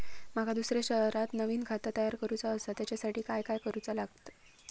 माका दुसऱ्या शहरात नवीन खाता तयार करूचा असा त्याच्यासाठी काय काय करू चा लागात?